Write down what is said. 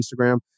Instagram